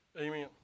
Amen